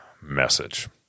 message